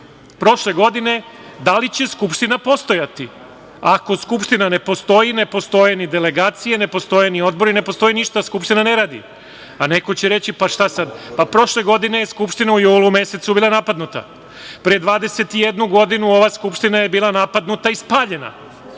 prošle godine, da li će Skupština postojati. Ako Skupština ne postoji ne postoje ni delegacije, ne postoje ni odbori, ne postoji ništa, Skupština ne radi, a neko će reći – pa, šta sad? Pa, prošle godine Skupština u julu mesecu bila je napadnuta. Pre 21 godinu ova Skupština je bila napadnuta i spaljena